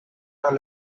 not